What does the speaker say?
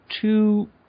two